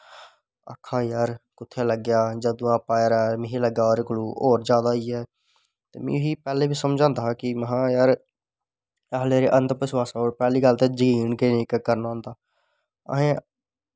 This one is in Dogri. आखन लगा तुत्थें लग्गेआ जार जदूं दा पैर मिगी लगदा ओह्दे कोलूं जादा होइया ते में उसी पैह्लें बी समझांदे हा जार पैह्लें ते अंधविशवासें पर जकीन गै नी करन होदा असें